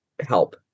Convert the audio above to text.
help